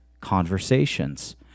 conversations